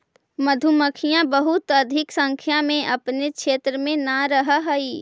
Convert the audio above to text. मधुमक्खियां बहुत अधिक संख्या में अपने क्षेत्र में न रहअ हई